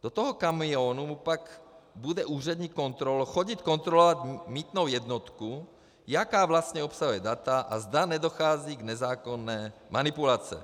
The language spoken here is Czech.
Do toho kamionu mu pak bude úřední kontrolor chodit kontrolovat mýtnou jednotku, jaká vlastně obsahuje data a zda nedochází k nezákonné manipulaci.